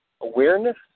awareness